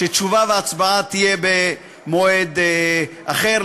שתשובה והצבעה יהיו במועד אחר,